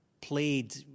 played